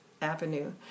avenue